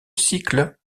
cycle